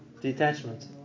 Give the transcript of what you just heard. detachment